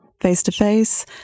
Face-to-face